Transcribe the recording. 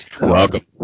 welcome